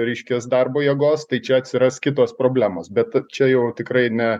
reiškias darbo jėgos tai čia atsiras kitos problemos bet čia jau tikrai ne